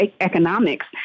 economics